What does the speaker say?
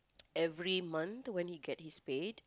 every month when he get his paid